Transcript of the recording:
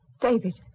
David